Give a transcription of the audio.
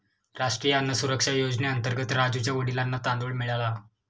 राष्ट्रीय अन्न सुरक्षा योजनेअंतर्गत राजुच्या वडिलांना तांदूळ मिळाला